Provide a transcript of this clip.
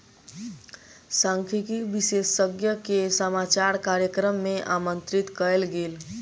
सांख्यिकी विशेषज्ञ के समाचार कार्यक्रम मे आमंत्रित कयल गेल